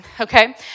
okay